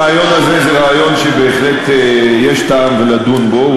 הרעיון הזה הוא רעיון שבהחלט יש טעם לדון בו.